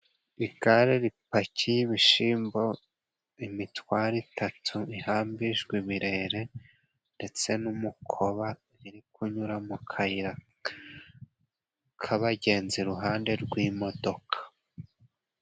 Igare ripakiye ibishimbo imitwato itatu ihambijwe ibirere ndetse n'umukoba, iri kunyura mu kayira kabagenzi iruhande rw'imodoka.